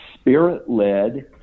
spirit-led